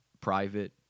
private